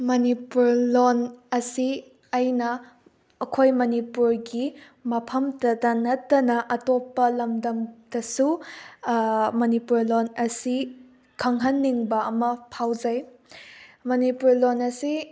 Manipur loan ꯑꯁꯤ ꯑꯩꯅ ꯑꯩꯈꯣꯏ ꯃꯅꯤꯄꯨꯔꯒꯤ ꯃꯐꯝꯗꯇ ꯅꯠꯇꯅ ꯑꯇꯣꯞꯄ ꯂꯝꯗꯝꯗꯁꯨ ꯃꯅꯤꯄꯨꯔ ꯂꯣꯟ ꯑꯁꯤ ꯈꯪꯍꯟꯅꯤꯡꯕ ꯑꯃ ꯐꯥꯎꯖꯩ ꯃꯅꯤꯄꯨꯔ ꯂꯣꯟ ꯑꯁꯤ